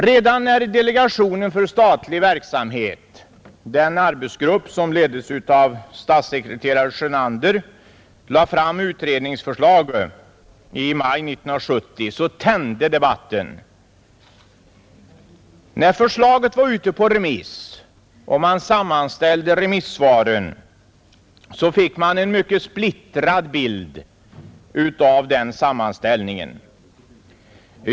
Redan när delegationen för statlig verksamhet, den arbetsgrupp som leddes av statssekreterare Sjönander, lade fram utredningsförslaget i maj 1970 så tände debatten. När man sedan förslaget varit ute på remiss sammanställde remissvaren, fick man en mycket splittrad bild av den sammanställningen.